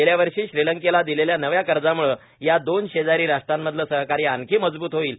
गेल्या वर्षी श्रीलंकेला दिलेल्या नव्या कर्जामुळे या दोन शेजारी राष्ट्रांमधलं सहकार्य आणखी मजबूत होईल